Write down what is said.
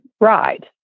ride